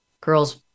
girls